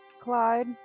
Clyde